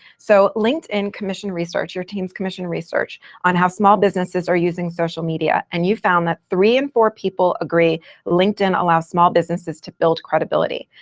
so linkedin commission research, your team's commission research on how small businesses are using social media. and you found that three in four people agree linkedin allows small businesses to build credibility.